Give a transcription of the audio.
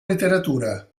literatura